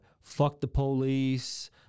fuck-the-police